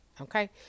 Okay